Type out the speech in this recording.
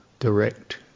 Direct